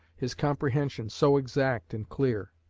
his comprehension so exact and clear,